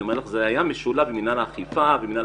אני אומר שזה היה משולב עם מינהל האכיפה ומינהל